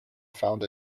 found